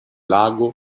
lago